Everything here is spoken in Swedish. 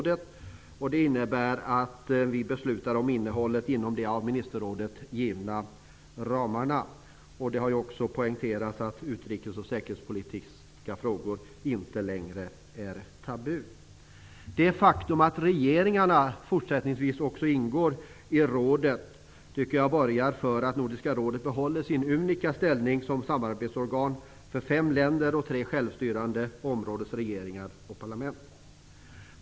Detta innebär att vi beslutar om innehållet inom de av ministerrådet givna ramarna. Det har också poängterats att utrikes och säkerhetspolitiska frågor inte längre är tabu. Det faktum att regeringarna fortsättningsvis också ingår i rådet tycker jag borgar för att Nordiska rådet behåller sin unika ställning som samarbetsorgan för fem länder och tre självstyrande områdens regeringar och parlament.